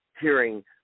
hearing